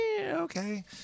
okay